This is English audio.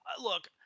Look